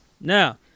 Now